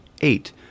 eight